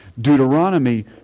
Deuteronomy